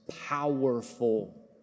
Powerful